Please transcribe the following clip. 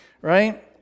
right